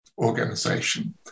organization